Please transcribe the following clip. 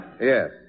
Yes